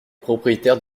propriétaire